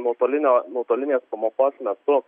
nuotolinio nuotolinės pamokos metu